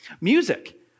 Music